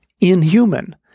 inhuman